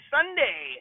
Sunday